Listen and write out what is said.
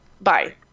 bye